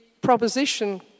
proposition